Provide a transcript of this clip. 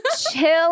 chill